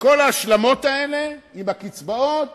בכל ההשלמות האלה, עם הקצבאות